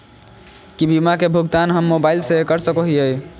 की बीमा के भुगतान हम मोबाइल से कर सको हियै?